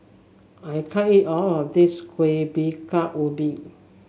I can't eat all of this Kueh Bingka Ubi